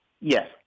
Yes